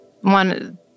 one